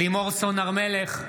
לימור סון הר מלך,